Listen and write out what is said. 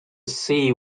see